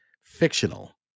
fictional